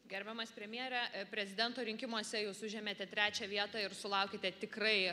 gerbiamas premjere prezidento rinkimuose jūs užėmėte trečią vietą ir sulaukėte tikrai